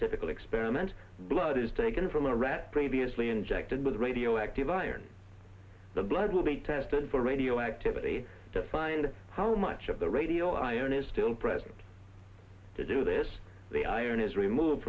typical experiment blood is taken from a rat previously injected with radioactive iron the blood will be tested for radioactivity to find how much of the radio iron is still present to do this the iron is removed